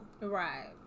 Right